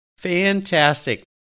Fantastic